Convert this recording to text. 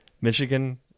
Michigan